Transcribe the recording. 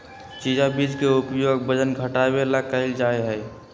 chia बीज के उपयोग वजन घटावे ला कइल जाहई